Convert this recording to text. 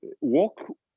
walk